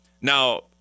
Now